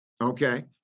okay